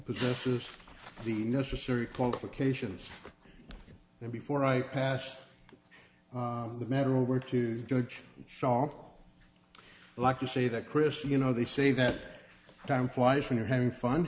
possesses the necessary qualifications and before i pass the matter over to judge song i like to say that christie you know they say that time flies when you're having fun